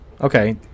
Okay